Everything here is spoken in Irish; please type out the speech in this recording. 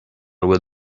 bhfuil